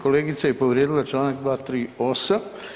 Kolegica je povrijedila članak 238.